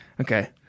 Okay